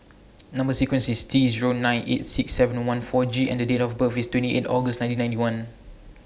Number sequence IS T Zero nine eight six seven one four G and Date of birth IS twenty eight August nineteen ninety one